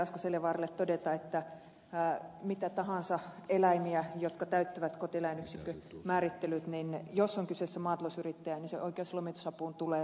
asko seljavaaralle todeta että minkä tahansa sellaisten eläinten osalta jotka täyttävät kotieläinyksikön määrittelyt jos on kyseessä maatalousyrittäjä se oikeus lomitusapuun tulee